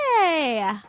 Yay